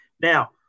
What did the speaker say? Now